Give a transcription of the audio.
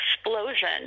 explosion